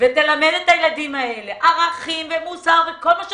תלמד את הילדים האלה ערכים, מוסר וכולי,